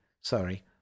sorry